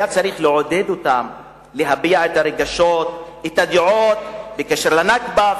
היה צריך לעודד אותם להביע את הרגשות ואת הדעות בקשר ל"נכבה",